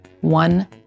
One